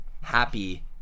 happy